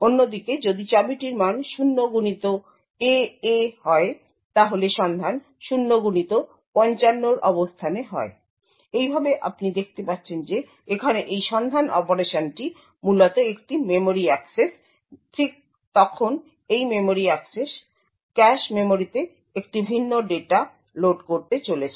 অন্যদিকে যদি চাবিটির মান 0xAA হয় তাহলে সন্ধান 0x55 এর অবস্থানে হয় এইভাবে আপনি দেখতে পাচ্ছেন যে এখানে এই সন্ধান অপারেশনটি মূলত একটি মেমরি অ্যাক্সেস ঠিক তখন এই মেমরি অ্যাক্সেস ক্যাশ মেমরিতে একটি ভিন্ন ডেটা লোড করতে চলেছে